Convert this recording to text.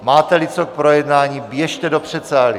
Máteli co k projednání, běžte do předsálí.